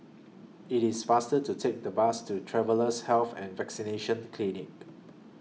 IT IS faster to Take The Bus to Travellers' Health and Vaccination Clinic